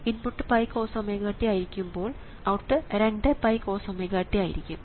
input 𝜋×കോസ്⍵t ആയിരിക്കുമ്പോൾ output 2 𝜋×കോസ്⍵t ആയിരിക്കും